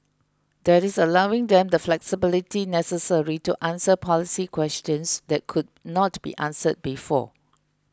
that is allowing them the flexibility necessary to answer policy questions that could not be answered before